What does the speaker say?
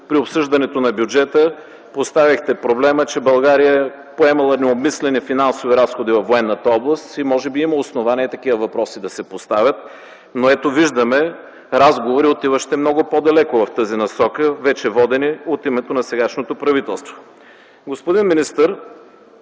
при обсъждането на бюджета поставихте проблема, че България поемала необмислени финансови разходи във военната област и може би има основание такива въпроси да се поставят. Но ето, виждаме разговори, отиващи много по-далече в тази насока – вече водени от името на сегашното правителство. Господин министър,